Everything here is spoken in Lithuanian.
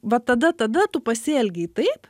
va tada tada tu pasielgei taip